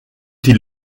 die